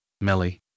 Melly